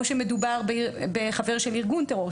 או שמדובר בחבר של ארגון טרור,